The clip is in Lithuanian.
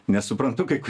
nesuprantu kaip